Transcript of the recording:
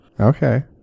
okay